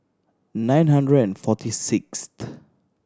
nine hundred and forty sixth